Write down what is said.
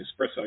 espresso